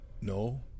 no